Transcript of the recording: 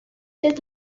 his